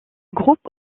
groupe